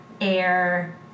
air